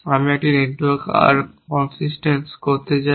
আমি এই network arch consistence করতে চাই